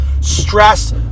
stress